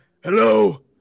hello